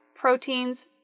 proteins